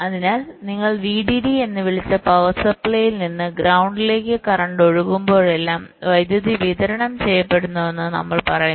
അതിനാൽ നിങ്ങൾ VDD എന്ന് വിളിച്ച പവർ സപ്ലൈയിൽ നിന്ന് ഗ്രൌണ്ടിലേക് കറന്റ് ഒഴുകുമ്പോഴെല്ലാം വൈദ്യുതി വിതരണം ചെയ്യപ്പെടുമെന്ന് നമ്മൾ പറയുന്നു